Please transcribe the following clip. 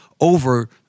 over